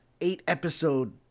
eight-episode